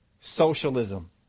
Socialism